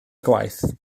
gwaith